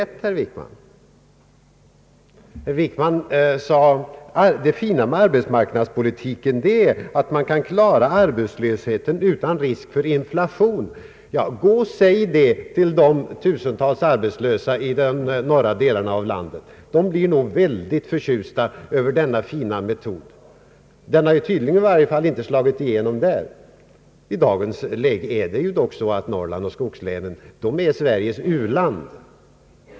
Herr Wickman sade vidare att fördelen med arbetsmarknadspolitiken är att arbetslösheten kan klaras av utan risk för inflation. Försök att säga det till de tusentals arbetslösa i de norra delarna av vårt land! Dessa människor torde bli synnerligen förtjusta över att få höra om denna fina metod, ty den har tydligen inte slagit igenom där. I dagens läge är Norrland och skogslänen helt enkelt Sveriges u-land.